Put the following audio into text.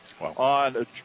on